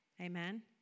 Amen